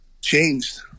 changed